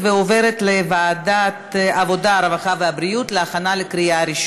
לוועדת העבודה, הרווחה והבריאות התקבלה.